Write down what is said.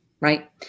right